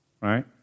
right